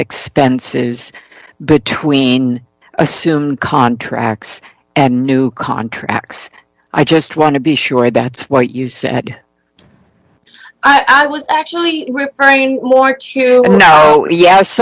expenses between assume contracts and new contracts i just want to be sure that's what you said i was actually referring more to you yes